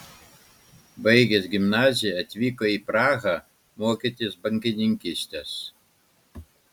baigęs gimnaziją atvyko į prahą mokytis bankininkystės